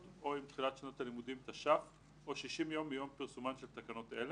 או עם תחילת שנת הלימודים תש"פ או 60 ימים מיום פרסומן של תקנות אלה.